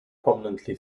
prominently